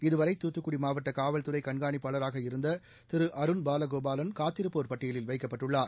இதுவரை தூத்துக்குடி மாவட்ட காவல்துறை கண்காணிப்பாளராக இருந்த திரு அருண் பால கோபாலன் காத்திருப்போர் பட்டியலில் வைக்கப்பட்டுள்ளார்